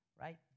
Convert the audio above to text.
Right